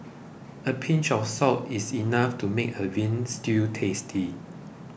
a pinch of salt is enough to make a Veal Stew tasty